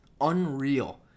unreal